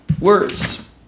words